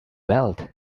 wealth